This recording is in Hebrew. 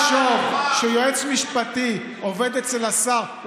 ולבוא ולחשוב שיועץ משפטי עובד אצל השר,